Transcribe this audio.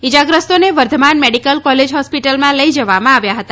ઇજાગ્રસ્તોને Bardhaman medical college હોસ્પિટલમાં લઈ જવામાં આવ્યા હતા